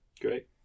Great